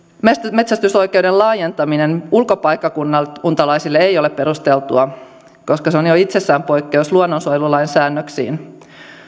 metsästysoikeuden laajentaminen ulkopaikkakuntalaisille ei ole perusteltua koska se on jo itsessään poikkeus luonnonsuojelulain säännöksiin